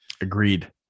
Agreed